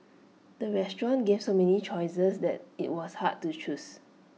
the restaurant gave so many choices that IT was hard to choose